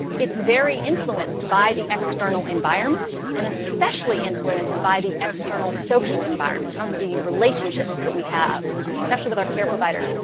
it's very influenced by the external environment and especially influenced by the external social environment, the relationships that we have, especially with our care providers,